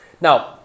Now